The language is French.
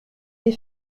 des